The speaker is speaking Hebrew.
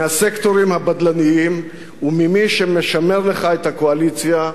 מהסקטורים הבדלניים וממי שמשמר לך את הקואליציה,